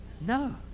No